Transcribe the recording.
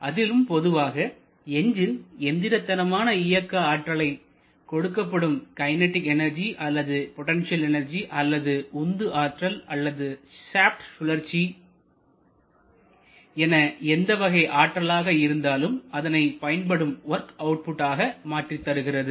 அதிலும் பொதுவாக எஞ்சின் எந்திரத்தனமான இயக்க ஆற்றலை கொடுக்கப்படும் கைனடிக் எனர்ஜி அல்லது பொட்டன்ஷியல் எனர்ஜி அல்லது உந்து ஆற்றல் அல்லது ஷாப்டு சுழற்சி என எந்த வகை ஆற்றலாக இருந்தாலும் அதனை பயன்படும் வொர்க் அவுட்புட் ஆக மாற்றித் தருகிறது